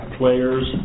players